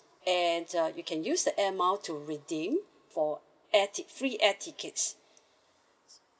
and uh you can use the air mile to redeem for air tic~ free air tickets